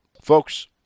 Folks